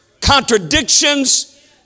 contradictions